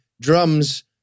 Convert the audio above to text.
drums